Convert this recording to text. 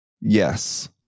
yes